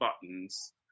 buttons